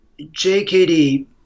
JKD